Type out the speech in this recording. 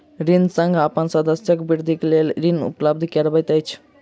ऋण संघ अपन सदस्यक वृद्धिक लेल ऋण उपलब्ध करबैत अछि